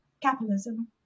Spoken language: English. capitalism